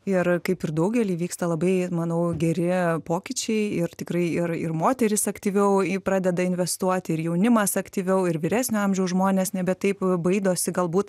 ir kaip ir daugely vyksta labai manau geri pokyčiai ir tikrai ir ir moterys aktyviau pradeda investuoti ir jaunimas aktyviau ir vyresnio amžiaus žmonės nebe taip baidosi galbūt